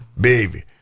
baby